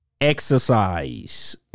exercise